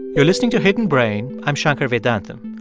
you're listening to hidden brain. i'm shankar vedantam.